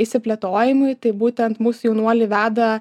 išsiplėtojimui taip būtent mūsų jaunuoliai veda